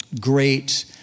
great